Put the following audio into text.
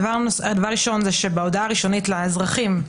דבר ראשון זה שבהודעה הראשונית לאזרחים,